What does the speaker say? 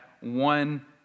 one